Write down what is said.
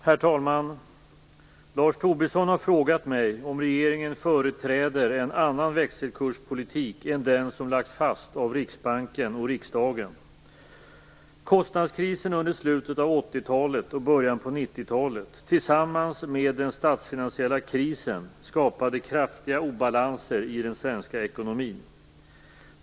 Herr talman! Lars Tobisson har frågat mig om regeringen företräder en annan växelkurspolitik än den som lagts fast av Riksbanken och riksdagen. Kostnadskrisen under slutet av 80-talet och början av 90-talet tillsammans med den statsfinansiella krisen skapade kraftiga obalanser i den svenska ekonomin.